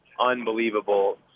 unbelievable